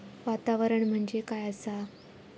वातावरण म्हणजे काय आसा?